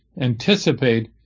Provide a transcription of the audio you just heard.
anticipate